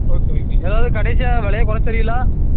okay okay ஏதாவது கடைசியாக விலைய குறைச்சித் தரீகளா